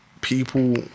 people